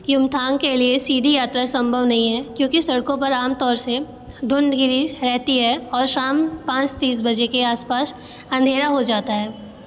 युमथांग के लिए सीधी यात्रा सम्भव नहीं है क्योंकि सड़कों पर आमतौर से धुंध घिरी रहती है और शाम पाँच तीस बजे के आसपास अंधेरा हो जाता है